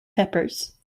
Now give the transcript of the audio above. peppers